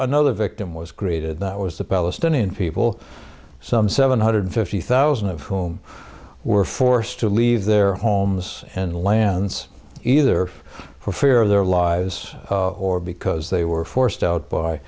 another victim was created that was the palestinian people some seven hundred fifty thousand of whom were forced to leave their homes and lands either for fear of their lives or because they were forced out by